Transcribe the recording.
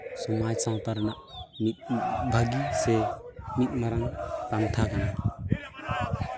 ᱥᱚᱢᱟᱡᱽ ᱥᱟᱶᱛᱟ ᱨᱮᱱᱟᱜ ᱢᱤᱫ ᱵᱷᱟᱹᱜᱤ ᱥᱮ ᱢᱤᱫ ᱢᱟᱨᱟᱝ ᱯᱟᱱᱛᱷᱟ ᱠᱟᱱᱟ